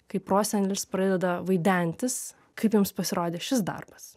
kai prosenelis pradeda vaidentis kaip jums pasirodė šis darbas